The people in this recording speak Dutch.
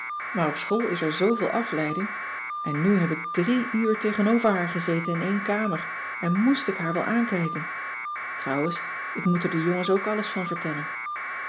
maar op school is er zooveel afleiding en nu heb ik drie cissy van marxveldt de h b s tijd van joop ter heul uur tegenover haar gezeten in éen kamer en moest ik haar wel aankijken trouwens ik moet er de jongens ook alles van vertellen